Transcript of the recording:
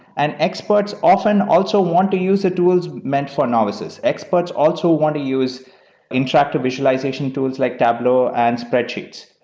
and experts often also want to use tools meant for novices. experts also want to use interactive visualization tools like tableau and spreadsheets.